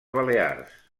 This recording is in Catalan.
balears